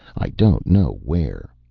i don't know where.